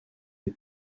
des